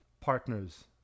partners